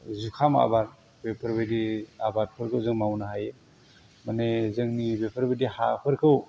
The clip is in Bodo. जुखाम आबाद बेफोरबायदि आबादफोरखौ जों मावनो हायो माने जोंनि बेफोरबायदि हाफोरखौ